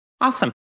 Awesome